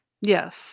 yes